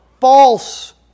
false